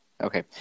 Okay